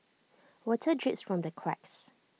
water drips from the cracks